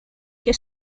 che